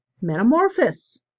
metamorphosis